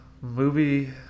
movie